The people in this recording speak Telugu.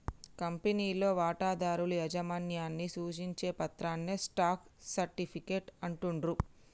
కంపెనీలో వాటాదారుల యాజమాన్యాన్ని సూచించే పత్రాన్నే స్టాక్ సర్టిఫికేట్ అంటుండ్రు